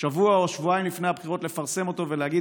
ששבוע או שבועיים לפני הבחירות היה חשוב לכם לפרסם אותו ולהגיד.